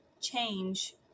change